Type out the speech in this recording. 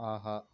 ஆஹா